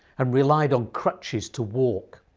and relied on crutches to walk.